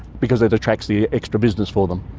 because it attracts the extra business for them.